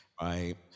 right